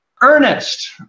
Ernest